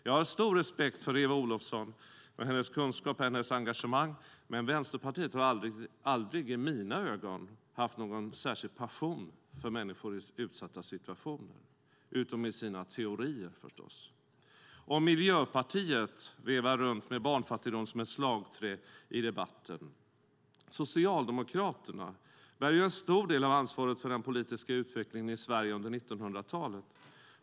Jag har stor respekt för Eva Olofsson och hennes kunskap och engagemang, men Vänsterpartiet har aldrig, i mina ögon, haft någon särskild passion för människor i utsatta situationer, utom i sina teorier förstås. Miljöpartiet vevar runt med barnfattigdom som ett slagträ i debatten. Socialdemokraterna bär en stor del av ansvaret för den politiska utvecklingen i Sverige under 1900-talet.